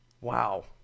wow